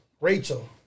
Rachel